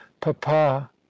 papa